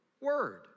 word